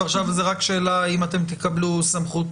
ועכשיו זאת רק שאלה האם אתם תקבלו סמכות.